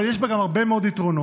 אבל יש בה גם הרבה מאוד יתרונות.